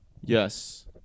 Yes